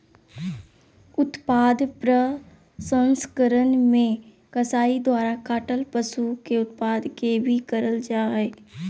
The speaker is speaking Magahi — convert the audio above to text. उत्पाद प्रसंस्करण मे कसाई द्वारा काटल पशु के उत्पाद के भी करल जा हई